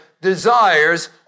desires